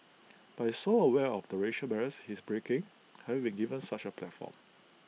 but he's so aware of the racial barriers he's breaking having been given such A platform